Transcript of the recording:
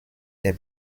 der